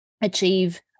achieve